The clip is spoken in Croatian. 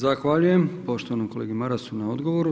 Zahvaljujem poštovanom kolegi Marasu na odgovoru.